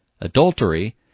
adultery